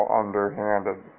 underhanded